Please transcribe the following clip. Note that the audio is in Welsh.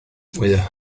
mwyaf